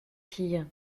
filles